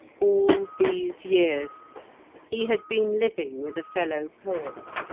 all these years he had been living with a fellow poet.